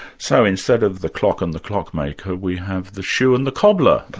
so instead of the clock and the clockmaker, we have the shoe and the cobbler,